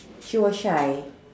she was shy